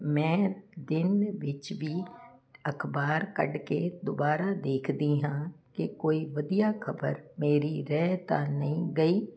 ਮੈਂ ਦਿਨ ਦੇ ਵਿੱਚ ਵੀ ਅਖਬਾਰ ਕੱਢ ਕੇ ਦੁਬਾਰਾ ਦੇਖਦੀ ਹਾਂ ਕਿ ਕੋਈ ਵਧੀਆ ਖਬਰ ਮੇਰੀ ਰਹਿ ਤਾਂ ਨਹੀਂ ਗਈ